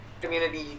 Community